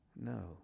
no